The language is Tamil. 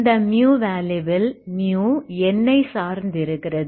இந்த வேல்யூவில் n ஐ சார்ந்து இருக்கிறது